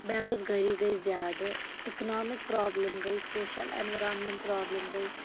بیروزگٲری گٔے زیادٕ اکانامک پروبلم گٔے سوشل اینورانمینٹ پروبلم گٔے